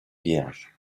vierge